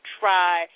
try